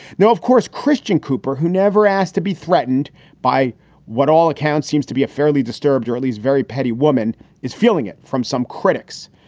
now, of course, christian cooper, who never asked to be threatened by what all accounts seems to be a fairly disturbed or at least very petty woman is feeling it from some critics.